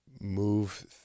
move